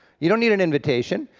you don't need an invitation.